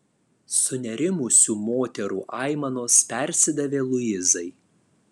sunerimusių moterų aimanos persidavė luizai